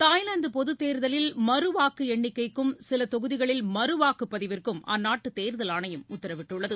Thailand பொதுத்தேர்தலில் மறு வாக்கு எண்ணிக்கைக்கும் சில தொகுதிகளில் மறு வாக்குப்பதிவிற்கும் அந்நாட்டு தேர்தல் ஆணையம் உத்தரவிட்டுள்ளது